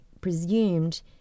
presumed